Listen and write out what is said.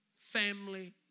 family